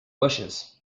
bushes